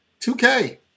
2K